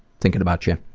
thinking about you.